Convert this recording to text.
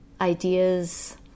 ideas